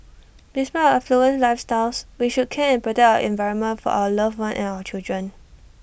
despite our affluent lifestyles we should care and protect our environment for our loved ones and our children